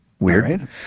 Weird